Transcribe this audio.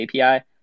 API